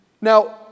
Now